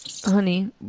Honey